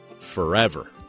forever